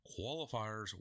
qualifiers